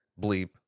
Bleep